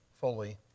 fully